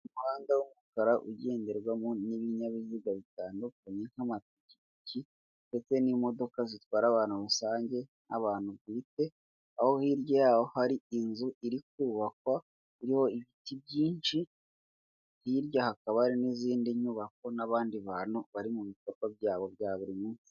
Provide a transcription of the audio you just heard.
Umuhanda w'umukara ugenderwamo n'ibinyabiziga bitandukanye nk'amaki ndetse n'imodoka zitwara abantu rusange nk'abantu bwite aho hirya y'ho hari inzu iri kubakwa iriho ibiti byinshi, hirya hakaba hari n'izindi nyubako n'abandi bantu bari mu bikorwa byabo bya buri munsi.